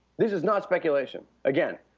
this is not speculation. again.